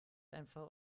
einfach